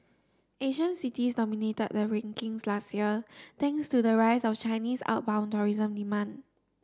Asian cities dominated the rankings last year thanks to the rise of Chinese outbound tourism demand